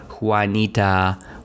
Juanita